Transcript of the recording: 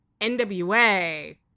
NWA